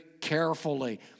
carefully